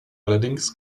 allerdings